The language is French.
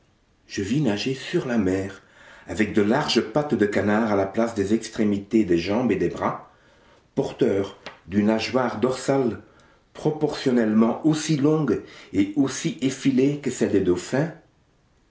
je vis nager sur la mer avec de larges pattes de canard à la place des extrémités des jambes et des bras porteur d'une nageoire dorsale proportionnellement aussi longue et aussi effilée que celle des dauphins